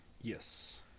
Yes